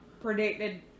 Predicted